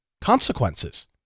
consequences